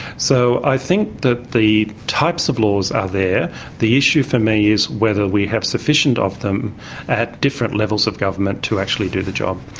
so i think that the types of laws are there the issue for me is whether we have sufficient of them at different levels of government to actually do the job.